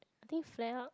I think flare up